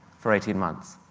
for eighteen months.